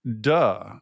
duh